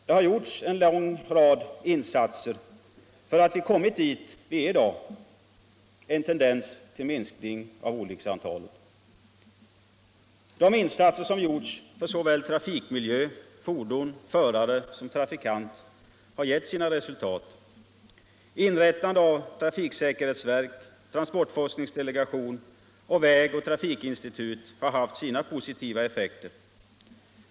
Det har gjorts en lång rad insatser för att komma dit där vi är i dag: en tendens till minskning av olycksantalet. De insatser som gjorts på såväl trafikmiljö och fordon som när det gäller förare och övriga trafikanter har givit sina resultat. Inrättande av trafiksäkerhetsverk, transportforskningsdelegation och vägoch trafikinstitut har haft positiva effekter.